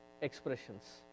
expressions